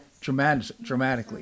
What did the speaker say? dramatically